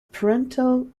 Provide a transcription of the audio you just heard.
paternal